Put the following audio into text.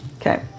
Okay